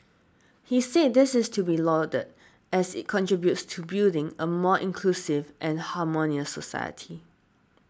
he said this is to be lauded as it contributes to building a more inclusive and harmonious society